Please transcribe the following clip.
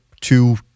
two